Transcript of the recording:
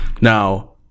Now